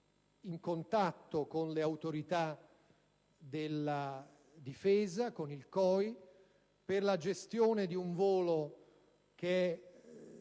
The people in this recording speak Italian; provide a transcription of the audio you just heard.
in contatto con le autorità della Difesa, con il COI, per la gestione di un volo